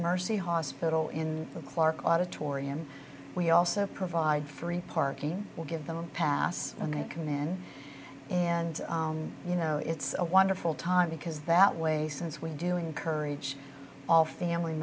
mercy hospital in the clark auditorium we also provide free parking we'll give them a pass on that commission and you know it's a wonderful time because that way since we're doing encourage all family